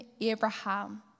Abraham